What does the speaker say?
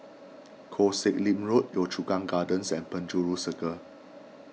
Koh Sek Lim Road Yio Chu Kang Gardens and Penjuru Circle